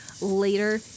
later